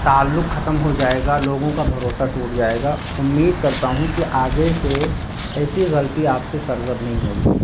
تعلق ختم ہو جائے گا لوگوں کا بھروسہ ٹوٹ جائے گا امید کرتا ہوں کہ آگے سے ایسی غلطی آپ سے سرزد نہیں ہوگی